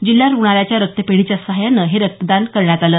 जिल्हा रूग्णालयाच्या रक्त पेढीच्या सहाय्यानं हे रक्तदान करण्यात आलं